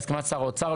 בהסכמת שר האוצר,